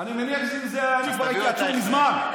אני מניח שאם זה היה אני, כבר הייתי עצור מזמן.